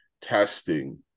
testing